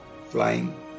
flying